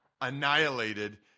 annihilated